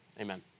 Amen